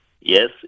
Yes